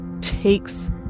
takes